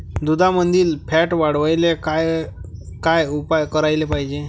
दुधामंदील फॅट वाढवायले काय काय उपाय करायले पाहिजे?